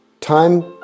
Time